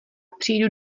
přijdu